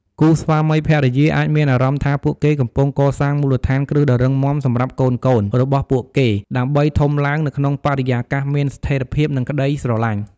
គូស្វាមីភរិយាអាចមានអារម្មណ៍ថាពួកគេកំពុងកសាងមូលដ្ឋានគ្រឹះដ៏រឹងមាំសម្រាប់កូនៗរបស់ពួកគេ ដើម្បីធំឡើងនៅក្នុងបរិយាកាសមានស្ថេរភាព និងក្តីស្រឡាញ់។